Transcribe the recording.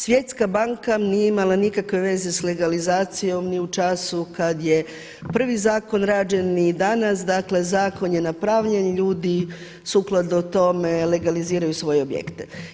Svjetska banka nije imala nikakve veze s legalizacijom ni u času kad je prvi zakon rađen i danas, dakle zakon je napravljen, ljudi sukladno tome legaliziraju svoje objekte.